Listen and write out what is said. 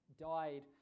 died